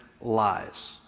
lies